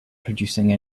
producing